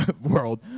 world